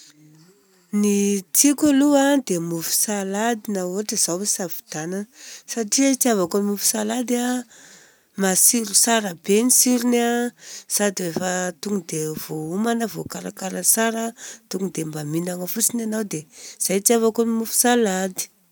Ny tiako aloha dia mofo salady na ohatra izaho ampisafidianana. Satria itiavako ny mofo salady a, matsiro, tsara be ny tsirony a, sady efa tonga dia voahomana, voakarakara tsara, tonga dia mba minagna fotsiny anao dia izay itiavako ny mofo salady.